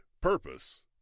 purpose